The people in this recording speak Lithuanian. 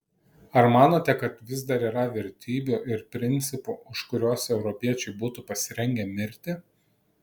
ar manote kad vis dar yra vertybių ir principų už kuriuos europiečiai būtų pasirengę mirti